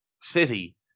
City